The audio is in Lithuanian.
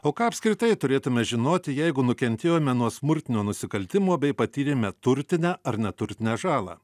o ką apskritai turėtume žinoti jeigu nukentėjome nuo smurtinio nusikaltimo bei patyrėme turtinę ar neturtinę žalą